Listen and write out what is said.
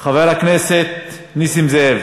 חבר הכנסת נסים זאב,